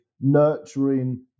nurturing